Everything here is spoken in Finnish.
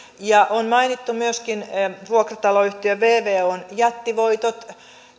ja on mainittu myöskin vuokrataloyhtiö vvon jättivoitot